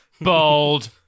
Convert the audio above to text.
bold